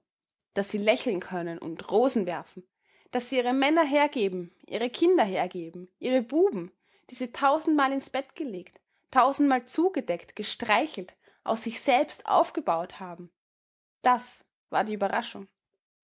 daß sie lächeln können und rosen werfen daß sie ihre männer hergeben ihre kinder hergeben ihre buben die sie tausendmal ins bett gelegt tausendmal zugedeckt gestreichelt aus sich selbst aufgebaut haben das war die überraschung